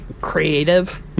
creative